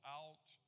out